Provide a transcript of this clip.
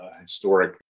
historic